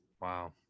Wow